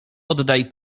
oddaj